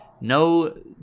no